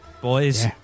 Boys